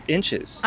Inches